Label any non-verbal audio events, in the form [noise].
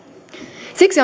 siksi [unintelligible]